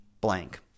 Blank